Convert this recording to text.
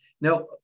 Now